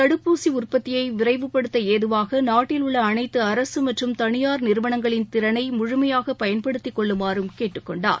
தடுப்பூசிஉற்பத்தியைவிரைவுபடுத்தஏதுவாக நாட்டில் உள்ளஅனைத்துஅரசுமற்றும் தனியார் நிறுவனங்களின் திறனைமுழுமையாகபயன்படுத்திக் கொள்ளுமாறும் கேட்டுக் கொண்டார்